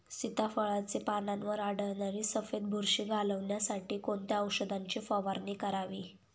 सीताफळाचे पानांवर आढळणारी सफेद बुरशी घालवण्यासाठी कोणत्या औषधांची फवारणी करावी?